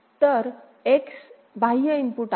तर X बाह्य input आहे